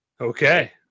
okay